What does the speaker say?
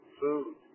food